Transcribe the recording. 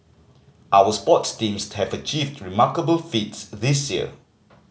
our sports teams have achieved remarkable feats this year